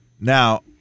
Now